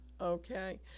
okay